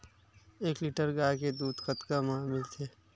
एक लीटर गाय के दुध कतका म मिलथे?